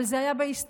אבל זה היה בהסתדרות,